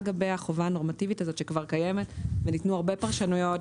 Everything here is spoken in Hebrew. גבי החובה הנורמטיבית הזאת שכבר קיימת וניתנו הרבה פרשנויות,